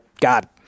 God